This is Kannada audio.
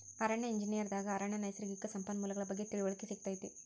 ಅರಣ್ಯ ಎಂಜಿನಿಯರ್ ದಾಗ ಅರಣ್ಯ ನೈಸರ್ಗಿಕ ಸಂಪನ್ಮೂಲಗಳ ಬಗ್ಗೆ ತಿಳಿವಳಿಕೆ ಸಿಗತೈತಿ